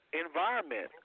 Environment